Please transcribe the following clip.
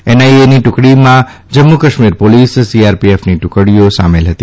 એનઆઈએની ટુકડીમાં જમ્મુ કાશ્મીર પોલીસ સીઆરપીએફની ટુકડીઓ સામેલ હતી